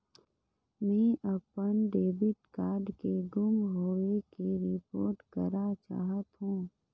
मैं अपन debit card के गुम होवे के रिपोर्ट करा चाहत हों